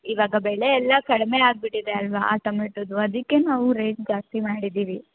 ಇವಾಗ ಬೆಳೆ ಎಲ್ಲ ಕಡಿಮೆ ಆಗಿಬಿಟ್ಟಿದೆ ಅಲ್ವಾ ಆ ಟಮೆಟದು ಅದಕ್ಕೆ ನಾವು ರೇಟ್ ಜಾಸ್ತಿ ಮಾಡಿದ್ದೀವಿ